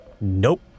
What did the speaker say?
Nope